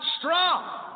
Strong